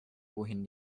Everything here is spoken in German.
wohin